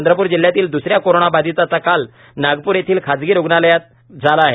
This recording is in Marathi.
चंद्रपूर जिल्ह्यातील द्सऱ्या कोरोना बाधिताचा काल नागपूर येथील खाजगी रुग्णालयात झाला आहेत